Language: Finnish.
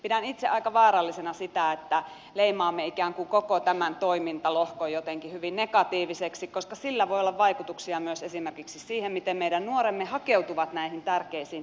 pidän itse aika vaarallisena sitä että leimaamme ikään kuin koko tämän toimintalohkon jotenkin hyvin negatiiviseksi koska sillä voi olla vaikutuksia myös esimerkiksi siihen miten meidän nuoremme hakeutuvat näihin tärkeisiin tehtäviin tulevaisuudessa